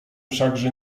wszakże